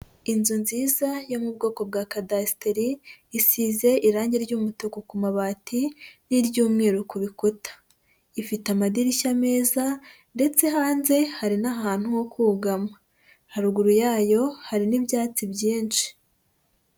Inzu nziza yo mu bwoko bwa kadasiteri, isize irange ry'umutuku ku mabati, n'iry'umweru ku bikuta. Ifite amadirishya meza, ndetse hanze hari n'ahantu ho kugama. Haruguru yayo hari n'ibyatsi byinshi.